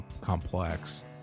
complex